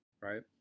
Right